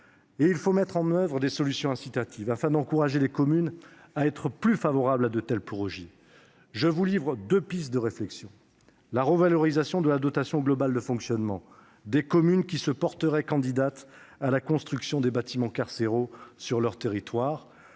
Il faut mettre en oeuvre des solutions incitatives afin d'encourager les communes à accepter davantage de tels projets. À cet égard, permettez-moi de vous livrer deux pistes de réflexion : la revalorisation de la dotation globale de fonctionnement des communes qui se porteraient candidates à la construction de bâtiments carcéraux sur leur territoire